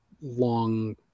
long